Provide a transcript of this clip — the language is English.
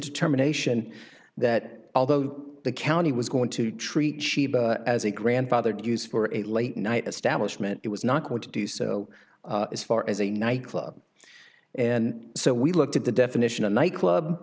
determination that although the county was going to treat as a grandfathered use for a late night establishment it was not going to do so as far as a night club and so we looked at the definition a night club